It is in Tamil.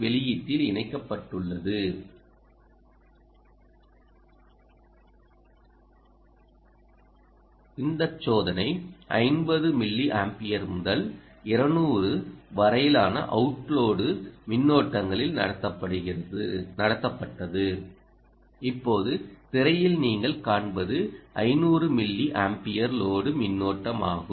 வெளியீட்டில் இணைக்கப்பட்டுள்ளது இந்த சோதனை 50 மில்லி ஆம்பியர் முதல் 200 வரையிலான அவுட் லோடு மின்னோட்டங்களில் நடத்தப்பட்டது இப்போது திரையில் நீங்கள் காண்பது 500 மில்லி ஆம்பியர் லோடு மின்னோட்டம் ஆகும்